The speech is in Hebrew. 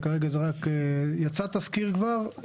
יצא תזכיר כבר.